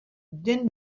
din